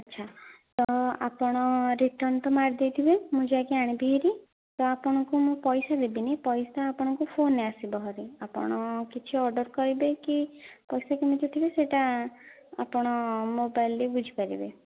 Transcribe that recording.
ଆଚ୍ଛା ତ ଆପଣ ରିଟର୍ଣ୍ଣ ତ ମାରି ଦେଇଥିବେ ମୁଁ ଯାଇକି ଆଣିବି ହେରି ତ ଆପଣଙ୍କୁ ମୁଁ ପଇସା ଦେବିନି ପଇସା ଆପଣଙ୍କୁ ଫୋନ ରେ ଆସିବ ହେରି ଆପଣ କିଛି ଅର୍ଡର୍ କରିବେ କି ପୋଷାକ କିଣିବେ ସେହିଟା ଆପଣ ମୋବାଇଲ ରେ ବୁଝି ପାରିବେ